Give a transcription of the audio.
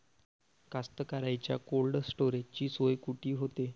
कास्तकाराइच्या कोल्ड स्टोरेजची सोय कुटी होते?